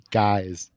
guys